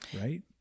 Right